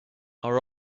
our